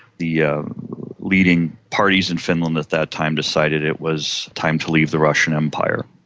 the ah leading parties in finland at that time decided it was time to leave the russian empire.